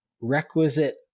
requisite